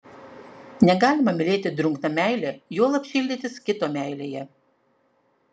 negalima mylėti drungna meile juolab šildytis kito meilėje